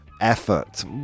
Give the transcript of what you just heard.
effort